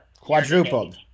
Quadrupled